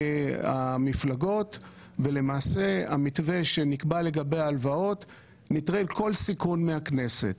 המפלגות ולמעשה המתווה שנקבע לגבי ההלוואות נטרל כל סיכון מהכנסת.